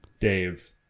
Dave